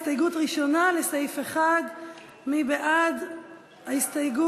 הסתייגות ראשונה לסעיף 1. מי בעד ההסתייגות?